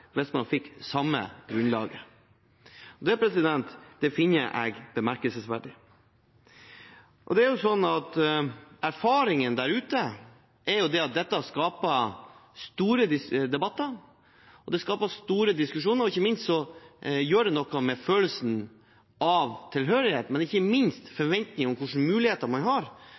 hvis den fikk det samme grunnlaget. Det finner jeg bemerkelsesverdig. Erfaringene der ute er at dette skaper store debatter. Det skaper store diskusjoner, og det gjør noe med følelsen av tilhørighet, men ikke minst med forventningene om hvilke muligheter man har